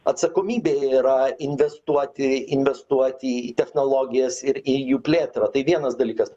atsakomybė yra investuoti investuoti į technologijas ir į jų plėtrą tai vienas dalykas